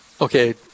Okay